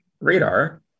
radar